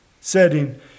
setting